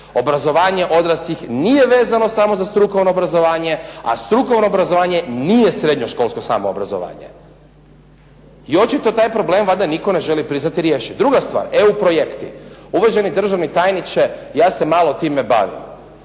Obrazovanje odraslih nije vezano samo za strukovno obrazovanje, a strukovno obrazovanje nije srednjoškolsko samo obrazovanje. I očito taj problem valjda nitko ne želi priznati i riješiti. Druga stvar, EU projekti. Uvaženi državni tajniče, ja se malo time bavim.